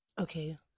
Okay